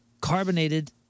carbonated